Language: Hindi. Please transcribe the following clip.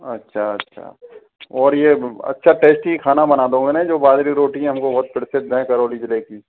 अच्छा अच्छा और ये अच्छा टेस्टी खाना बना दोगे ने जो बाजरी रोटी हमको बहुत प्रसिद्ध हैं करौली ज़िले की